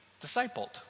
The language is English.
discipled